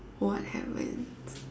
what happens